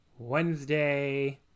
Wednesday